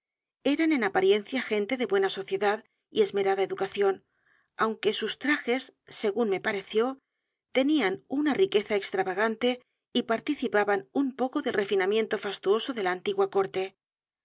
eran en apariencia gente de buena sociedad y esmerada educación aunque sus trajes según me pareció tenían una riqueza extravagante y participaban un poco del refinamiento fastuoso de la antigua corte